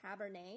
Cabernet